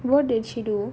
what did she do